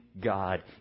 God